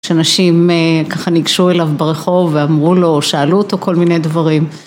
אנשים ככה ניגשו אליו ברחוב ואמרו לו, שאלו אותו כל מיני דברים.